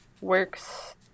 works